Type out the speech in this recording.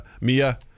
Mia